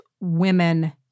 women